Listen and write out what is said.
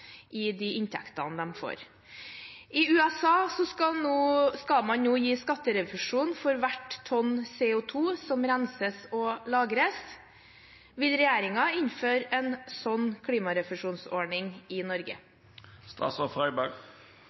inntektene. USA skal nå gi skatterefusjon for hvert tonn CO 2 som renses og lagres. Vil regjeringen innføre en slik klimarefusjonsordning i